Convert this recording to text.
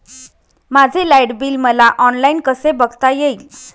माझे light bill मला online कसे बघता येईल?